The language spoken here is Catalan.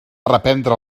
reprendre